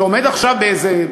שעומד עכשיו באיזה,